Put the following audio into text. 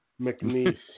McNeese